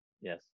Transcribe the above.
Yes